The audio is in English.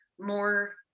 more